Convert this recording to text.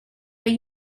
are